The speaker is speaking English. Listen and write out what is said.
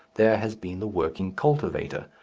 there has been the working cultivator,